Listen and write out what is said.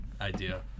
idea